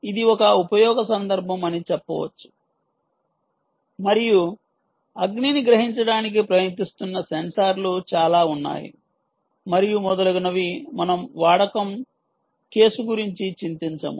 ఇది ఒక ఉపయోగ సందర్భం అని చెప్పవచ్చు మరియు అగ్నిని గ్రహించడానికి ప్రయత్నిస్తున్న సెన్సార్లు చాలా ఉన్నాయి మరియు మొదలగునవి మనం వాడకం కేసు గురించి చింతించము